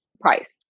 price